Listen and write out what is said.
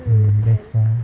mm can